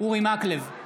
אורי מקלב,